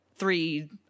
three